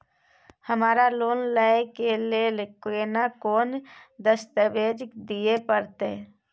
हमरा लोन लय के लेल केना कोन दस्तावेज दिए परतै?